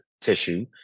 tissue